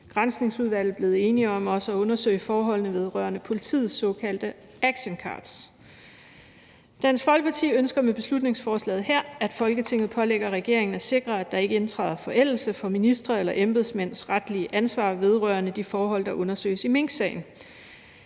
Granskningsudvalget blevet enige om også at undersøge forholdene vedrørende politiets såkaldte actioncards. Dansk Folkeparti ønsker med beslutningsforslaget her, at Folketinget pålægger regeringen at sikre, at der ikke indtræder forældelse for ministre eller embedsmænds retlige ansvar vedrørende de forhold, der undersøges i minksagen.